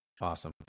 Awesome